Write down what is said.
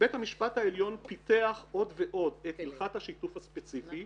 בית המשפט העליון פיתח עוד ועוד את הלכת השיתוף הספציפי.